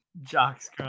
Jock's